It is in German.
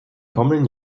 kommenden